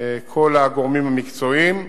כל הגורמים המקצועיים.